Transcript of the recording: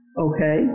okay